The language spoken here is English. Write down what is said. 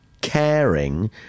caring